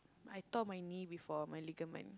I tore my knee before my ligament